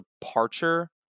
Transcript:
departure